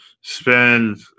spend